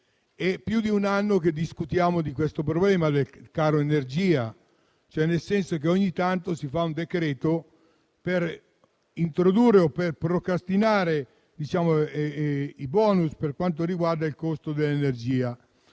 è più di un anno che discutiamo del problema del caro energia, nel senso che ogni tanto si emana un decreto-legge per introdurre o per procrastinare i *bonus* relativi al costo dell'energia.